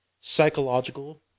psychological